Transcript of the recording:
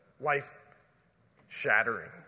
life-shattering